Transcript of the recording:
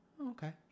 Okay